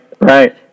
right